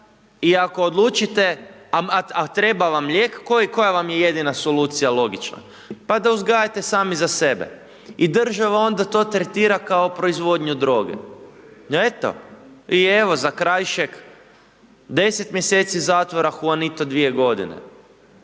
i ako odlučite, a treba vam lijek, koja vam je jedina solucija logična? Pa da uzgajate sami za sebe i država onda to tretira kao proizvodnju droge, eto i evo, Zakrajšek 10 mjeseci zatvora, Huanito dvije godine,